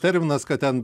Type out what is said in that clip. terminas kad ten